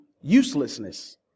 uselessness